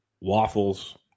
waffles